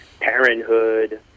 Parenthood